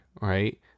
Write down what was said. Right